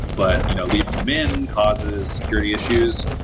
but you know leaving them in causes security issues.